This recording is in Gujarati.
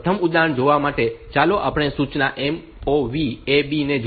પ્રથમ ઉદાહરણ જોવા માટે ચાલો આપણે સૂચના MOV AB ને જોઈએ